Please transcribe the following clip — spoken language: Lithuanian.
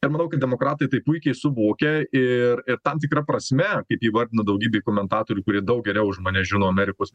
ir manau kad demokratai tai puikiai suvokia ir ir tam tikra prasme kaip įvardina daugybė komentatorių kurie daug geriau už mane žino amerikos